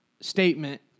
statement